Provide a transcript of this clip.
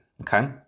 okay